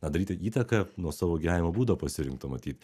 na daryti įtaką nuo savo gyvenimo būdo pasirinkto matyt